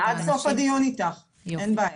אני עד סוף הדיון איתך, אין בעיה.